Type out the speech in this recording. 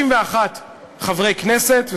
ב-61 חברי כנסת,